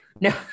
no